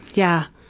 yeah,